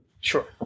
Sure